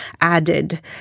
added